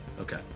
Okay